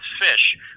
fish